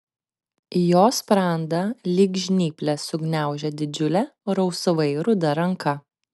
jo sprandą lyg žnyplės sugniaužė didžiulė rausvai ruda ranka